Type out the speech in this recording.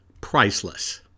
priceless